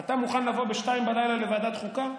אתה מוכן לבוא ב-02:00 לוועדת החוקה?